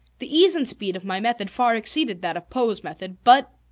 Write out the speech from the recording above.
the ease and speed of my method far exceeded that of poe's method, but,